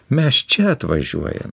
mes čia atvažiuojam